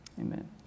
amen